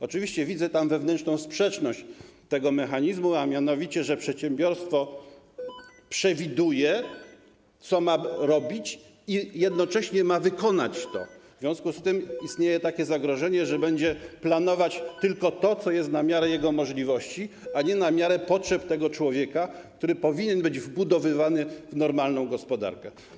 Oczywiście widzę tam wewnętrzną sprzeczność tego mechanizmu, a mianowicie że przedsiębiorstwo przewiduje, co ma robić, i jednocześnie ma wykonać to, w związku z tym istnieje takie zagrożenie, że będzie planować tylko to, co jest na miarę jego możliwości, a nie na miarę potrzeb tego człowieka, który powinien być wbudowywany w normalną gospodarkę.